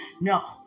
No